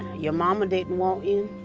your mama didn't want you.